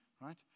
right